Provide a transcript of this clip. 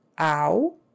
ow